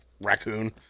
raccoon